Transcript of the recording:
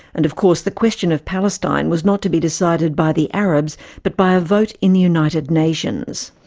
and of course the question of palestine was not to be decided by the arabs but by a vote in the united nations.